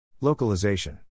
localization